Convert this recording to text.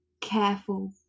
careful